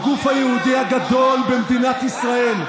הגוף היהודי הגדול במדינת ישראל,